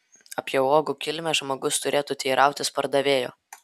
apie uogų kilmę žmogus turėtų teirautis pardavėjo